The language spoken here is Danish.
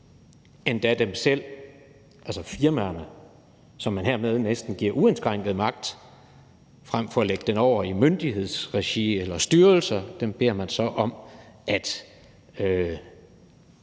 nogle – endda firmaerne selv, som man hermed næsten giver uindskrænket magt frem for at lægge det over i myndighedsregi eller styrelser – om at